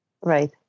Right